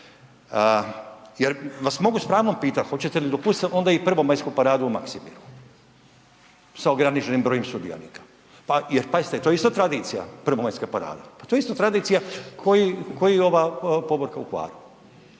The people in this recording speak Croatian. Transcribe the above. jer vas mogu s pravom pitati, hoćete li dopustiti onda i prvomajsku paradu u Maksimiru sa ograničenim brojem sudionika? Jer pazite to je isto tradicija prvomajska parada, pa to je isto tradicija ko i ova povorka u Hvaru.